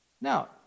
Now